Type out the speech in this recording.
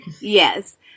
Yes